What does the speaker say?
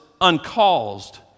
uncaused